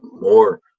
more